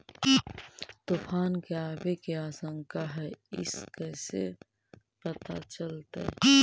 तुफान के आबे के आशंका है इस कैसे पता चलतै?